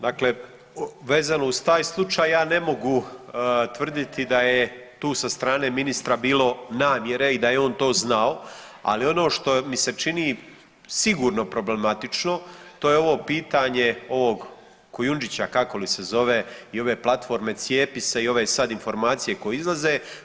Dakle vezano uz taj slučaj ja ne mogu tvrditi da je tu sa strane ministra bilo namjere i da je on to znao, ali ono što mi se čini sigurno problematično to je ovo pitanje ovog Kujundžića kako li se zove i ove platforme Cijepi se i ove sad informacije koje izlaze.